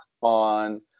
on